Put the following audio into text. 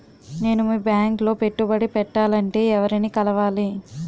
నేను మీ బ్యాంక్ లో పెట్టుబడి పెట్టాలంటే ఎవరిని కలవాలి?